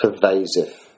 pervasive